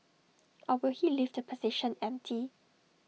or will he leave the position empty